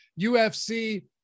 UFC